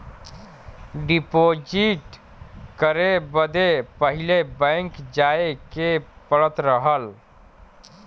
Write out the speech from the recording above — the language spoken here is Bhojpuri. डीपोसिट करे बदे पहिले बैंक जाए के पड़त रहल